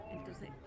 Entonces